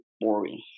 boring